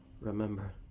remember